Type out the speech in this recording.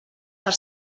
per